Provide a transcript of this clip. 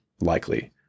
likely